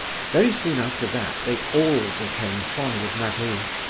very soon after that they all became fond of marie,